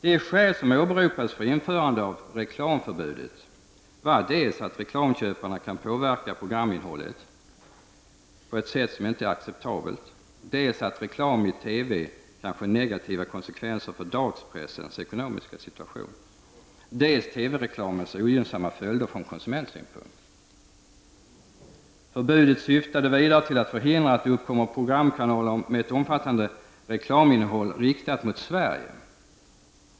De skäl som åberopades för införande av reklamförbudet var dels att reklamköparna kan påverka programinnehållet på ett sätt som inte är acceptabelt, dels att reklam i TV kan få negativa konsekvenser för dagspressens eko nomiska situation, dels TV-reklamens ogynnsamma följder från konsumentsynpunkt. Förbudet syftade vidare till att förhindra att det uppkommer programkanaler med ett omfattande reklaminnehåll riktat mot Sverige.